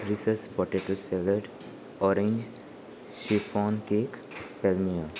र्रिसस potato salad orange chiffon cake पॅलमिया